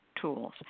tools